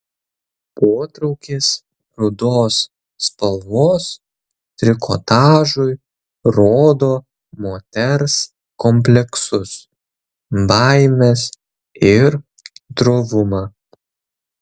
potraukis rudos spalvos trikotažui rodo moters kompleksus baimes ir drovumą